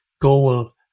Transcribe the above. Goal